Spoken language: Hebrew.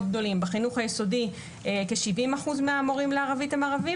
גדולים: בחינוך היסודי כ-70% מהמורים לערבית הם ערבית,